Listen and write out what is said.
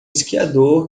esquiador